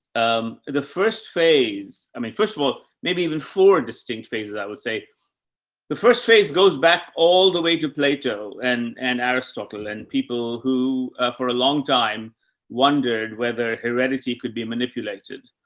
um, the first phase, i mean, first of all, maybe even four distinct phases, i would say the first phase goes back all the way to plato and and aristotle and people who for a long time wondered whether heredity could be manipulated.